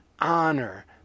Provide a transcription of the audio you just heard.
honor